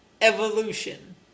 evolution